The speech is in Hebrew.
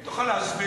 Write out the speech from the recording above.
אם תוכל להסביר,